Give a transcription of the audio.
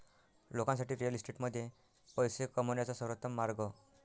लोकांसाठी रिअल इस्टेटमध्ये पैसे कमवण्याचा सर्वोत्तम मार्ग